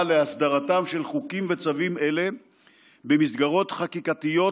להסדרתם של חוקים וצווים אלה במסגרות חקיקתיות